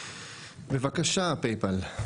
בבקשה, PayPal.